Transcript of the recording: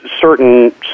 certain